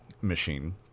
machine